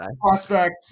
prospect